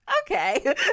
okay